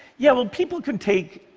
yeah, well people can take,